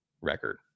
record